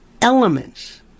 elements